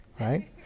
Right